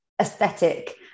aesthetic